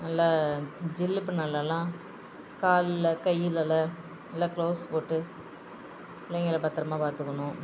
நல்லா ஜில்லுப்பு நாள்ல எல்லாம் காலில் கையிலைல்லாம் எல்லாம் க்ளோவ்ஸ் போட்டு பிள்ளைங்கள பத்ரமாக பார்த்துக்கணும்